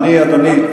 אדוני,